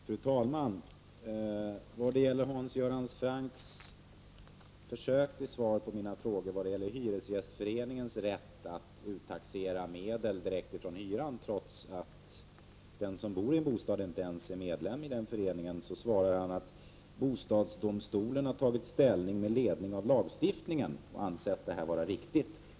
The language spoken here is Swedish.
Fru talman! Som ett försök att svara på mina frågor om Hyresgästföreningens rätt att uttaxera medel direkt från hyran, trots att den som bor i bostaden inte ens är medlem i föreningen, säger Hans Göran Franck att bo stadsdomstolen har tagit ställning med ledning av lagstiftningen och ansett detta vara riktigt.